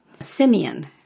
Simeon